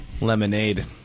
Lemonade